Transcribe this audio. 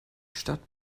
stadt